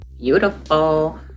Beautiful